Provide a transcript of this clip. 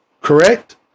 Correct